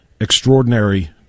extraordinary